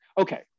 Okay